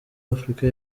afurika